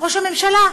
ראש הממשלה.